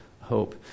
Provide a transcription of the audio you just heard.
hope